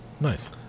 Nice